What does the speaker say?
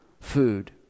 food